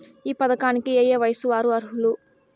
ఈ పథకానికి ఏయే వయస్సు వారు అర్హులు?